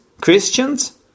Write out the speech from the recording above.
Christians